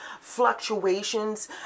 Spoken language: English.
fluctuations